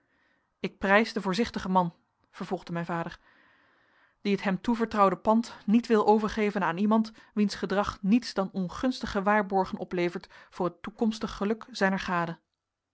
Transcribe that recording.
ik prijs den voorzichtigen man vervolgde mijn vader die het hem toevertrouwde pand niet wil overgeven aan iemand wiens gedrag niets dan ongunstige waarborgen oplevert voor het toekomstig geluk zijner gade